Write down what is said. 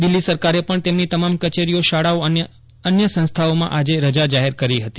દિલ્હી સરકારે પણ તેની તમામ કચેરીઓ શાળાઓ અને અન્ય સંસ્થાઓમાં આજે રજા જાહેર કરી હતી